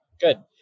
Good